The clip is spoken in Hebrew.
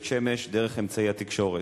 בבית-שמש דרך אמצעי התקשורת.